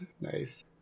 nice